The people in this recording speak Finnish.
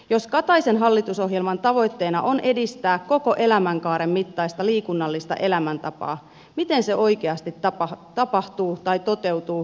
jos kataisen hallitusohjelman tavoitteena on edistää koko elämänkaaren mittaista liikunnallista elämäntapaa miten se oikeasti tapahtuu tai toteutuu järjestyneessä liikunnassa